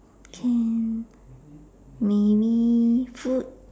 can maybe food